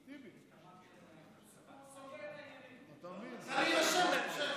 הוא רצה להירשם להמשך.